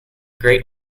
great